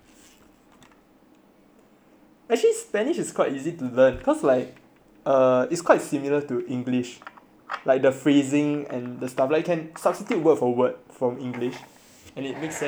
actually spanish is quite easy to learn cause like uh it's quite similar to english like the phrasing and the stuff like can subsitute word for word from english and then make sense in spanish